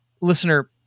listener